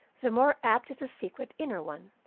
the more apt is the secret inner one,